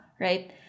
right